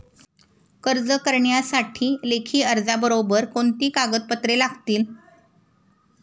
कर्ज करण्यासाठी लेखी अर्जाबरोबर कोणती कागदपत्रे लागतील?